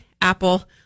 apple